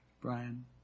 Brian